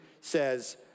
says